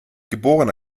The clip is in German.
geboren